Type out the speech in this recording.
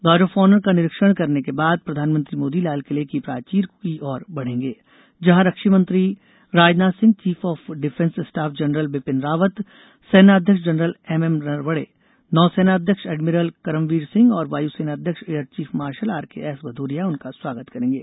guard of honour का निरीक्षण करने के बाद प्रधानमंत्री मोदी लाल किले की प्राचीर की ओर बढ़ेगें जहां रक्षा मंत्री Rajnath Singh chief of defence staff general Bipin Rawat सेना अध्यक्ष जनरल एम एम नरवणे नौ सेना अध्यक्ष एडमिरल करमवीर सिंह और वायु सेना अध्यक्ष air chief marshal R K S Bhadauria उनका स्वागत करेंगें